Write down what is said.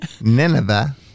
Nineveh